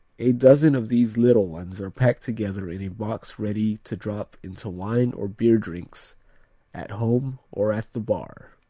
a dozen of these little ones are packed together in a box ready to drop into wine or beer drinks at home or at the bar.